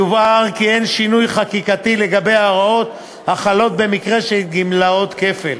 יובהר כי אין שינוי חקיקתי לגבי ההוראות החלות במקרה של גמלאות כפל,